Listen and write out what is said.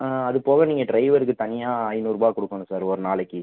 அதுபோக நீங்கள் டிரைவருக்கு தனியாக ஐந்நூறுபா கொடுக்கணும் சார் ஒரு நாளைக்கு